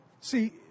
See